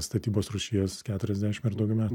statybos rūšies keturiasdešim ar daugiau metų